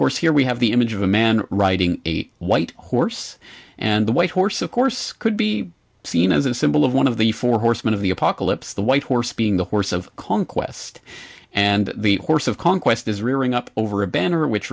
course here we have the image of a man riding a white horse and the white horse of course could be seen as a symbol of one of the four horsemen of the apocalypse the white horse being the horse of conquest and the horse of conquest is rearing up over a banner which